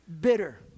bitter